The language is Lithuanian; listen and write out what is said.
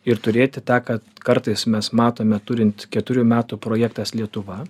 ir turėti tą kad kartais mes matome turint keturių metų projektas lietuva